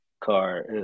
car –